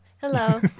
hello